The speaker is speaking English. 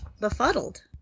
befuddled